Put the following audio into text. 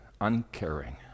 uncaring